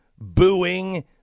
booing